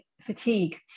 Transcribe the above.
fatigue